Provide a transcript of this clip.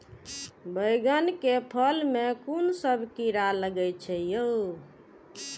बैंगन के फल में कुन सब कीरा लगै छै यो?